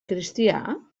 cristià